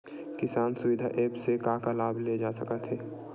किसान सुविधा एप्प से का का लाभ ले जा सकत हे?